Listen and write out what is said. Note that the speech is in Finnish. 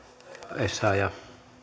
arvoisa